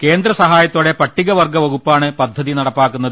കേന്ദ്ര സഹായത്തോടെ പട്ടിക വർഗ്ഗ വകുപ്പാണ് പദ്ധതി നടപ്പാക്കുന്നത്